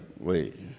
wait